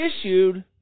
issued